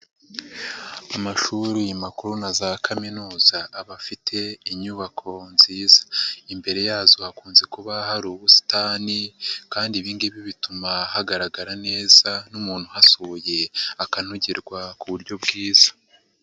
Amashuri makuru na za kaminuza abafite inyubako nziza. Imbere yazo hakunze kuba hari ubusitani kandi ibigibi bituma hagaragara neza n'umuntu uhasuye akanogerwa ku buryo bwiza.